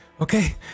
Okay